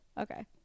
Okay